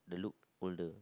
the look older